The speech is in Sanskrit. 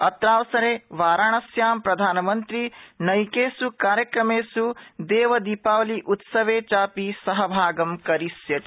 अत्रावसरे वाराण्स्यां प्रधानमन्त्री नक्के कार्यक्रमेष् देवदीपावलि उत्सवे चापि सहभागं करिष्यति